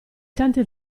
tanti